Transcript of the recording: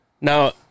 Now